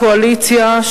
קואליציה,